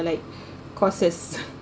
like courses